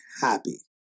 happy